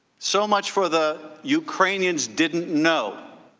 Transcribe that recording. so much for the ukrainians didn't know.